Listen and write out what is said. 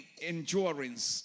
endurance